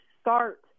start